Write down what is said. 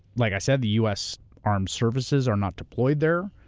like i said, the u. s. armed services are not deployed there.